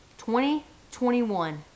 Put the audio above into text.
2021